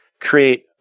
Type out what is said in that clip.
create